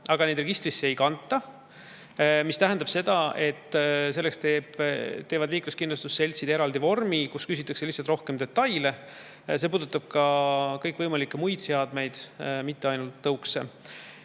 aga neid registrisse ei kanta. Selleks teevad liikluskindlustusseltsid eraldi vormi, kus küsitakse lihtsalt rohkem detaile. See puudutab ka kõikvõimalikke muid seadmeid, mitte ainult tõukse.